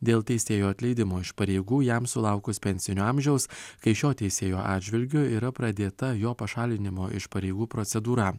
dėl teisėjo atleidimo iš pareigų jam sulaukus pensinio amžiaus kai šio teisėjo atžvilgiu yra pradėta jo pašalinimo iš pareigų procedūra